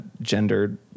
gendered